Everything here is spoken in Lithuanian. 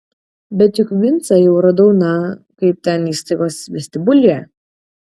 bet juk vincą jau radau na kaip ten įstaigos vestibiulyje